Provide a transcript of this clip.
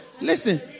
Listen